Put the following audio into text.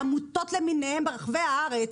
לעמותות למיניהן ברחבי הארץ,